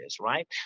right